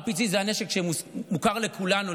RPG זה הנשק שמוכר לכולנו,